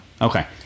Okay